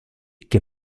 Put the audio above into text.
che